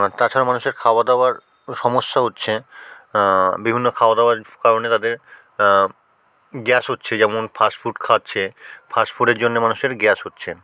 তাছাড়াও মানুষের খাওয়া দাওয়ার সমস্যা হচ্ছে বিভিন্ন খাওয়া দাওয়ার কারণে তাদের গ্যাস হচ্ছে যেমন ফাস্ট ফুড খাচ্ছে ফাস্ট ফুডের জন্যে মানুষের গ্যাস হচ্ছে